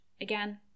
Again